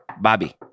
Bobby